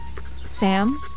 Sam